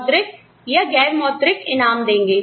मौद्रिक या गैर मौद्रिक इनाम देंगे